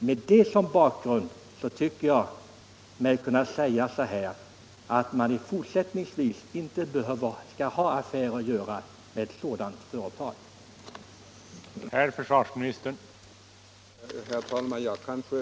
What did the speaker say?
Med det som bakgrund tycker jag mig kunna säga att man fortsättningsvis inte skall göra affärer med ett sådant företag, som använder sig av så skumma affärstransaktioner som det här är fråga om.